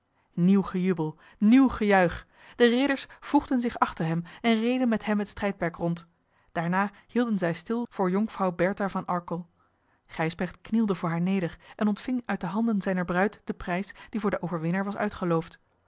nieuw gejubel nieuw gejuich de ridders voegden zich achter hem en reden met hem het strijdperk rond daarna hielden zij stil voor jonkvrouw bertha van arkel gijsbrecht knielde voor haar neder en ontving uit de handen zijner bruid den prijs die voor den overwinnaar was uitgeloofd